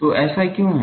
तो ऐसा क्यों है